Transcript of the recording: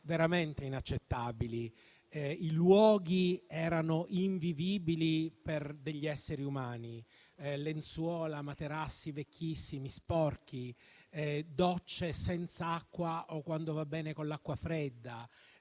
veramente inaccettabili. I luoghi erano invivibili per degli esseri umani: lenzuola e materassi vecchissimi e sporchi, docce senza acqua o, quando va bene, con l'acqua fredda,